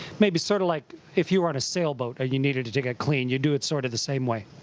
maybe sort of like if you were on a sailboat and you needed to to get clean, you'd do it sort of the same way.